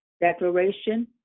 Declaration